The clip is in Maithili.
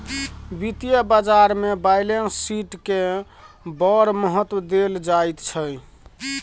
वित्तीय बाजारमे बैलेंस शीटकेँ बड़ महत्व देल जाइत छै